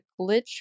glitch